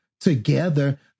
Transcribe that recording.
together